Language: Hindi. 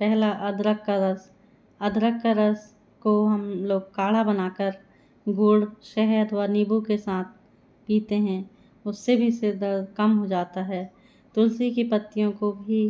पहला अदरक का रस अदरक का रस को हम लोग काढ़ा बनाकर गुड शहद व नींबू के साथ पीते हैं उससे भी सिरदर्द कम हो जाता है तुलसी की पत्तियों को भी